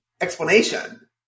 explanation